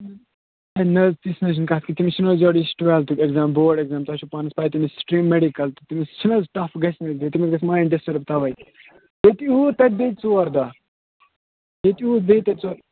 ہے نہ حظ تِژھ نہ حظ چھِ کَتھ کیٚنٛہہ تٔمِس چھِنہٕ حظ یِہُس ٹُوٮ۪لتھُک ایٚکزام بورٛڈ ایٚکزام تۅہہِ چھُو پانَس پےَ تہِ تٔمِس چھِ سِٹریٖم میڈِکَل تٔمِس چھَنہٕ حظ ٹَف گَژھِ تٔمِس گژھِ مایِنٛڈ ڈِسٹٕرٕب تَوَے ییٚتہِ یوٗت تَتہِ بیٚیہِ ژور دۄہ ییٚتہِ یوٗت تَتہِ بیٚیہِ تتہِ ژور